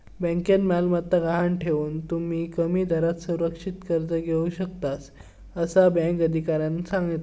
बँकेत मालमत्ता गहाण ठेवान, तुम्ही कमी दरात सुरक्षित कर्ज घेऊ शकतास, असा बँक अधिकाऱ्यानं सांगल्यान